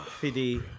Fiddy